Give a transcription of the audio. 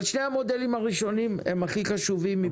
שני המודלים הראשונים הם הכי חשובים.